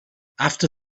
after